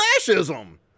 fascism